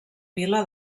vila